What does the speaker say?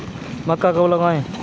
मक्का कब लगाएँ?